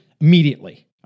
immediately